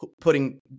putting